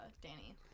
danny